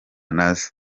nazo